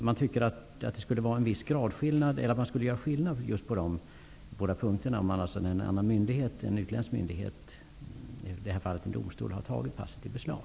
Man borde göra skillnad på dessa båda punkter, dvs. om en person har tappat sitt pass eller om en utländsk myndighet, som i det här fallet en domstol, har tagit ett pass i beslag.